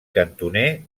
cantoner